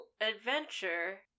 adventure